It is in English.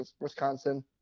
Wisconsin